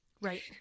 Right